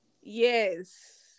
yes